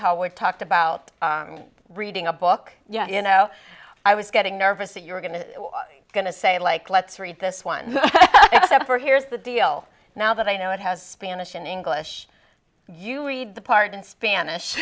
how we talked about reading a book you know i was getting nervous that you were going to going to say like let's read this one before here's the deal now that i know it has spanish in english you read the part in spanish